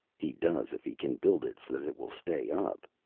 he does if he can build it so that it will stay up,